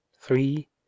three